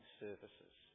services